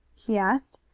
he asked.